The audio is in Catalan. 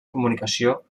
comunicació